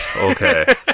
Okay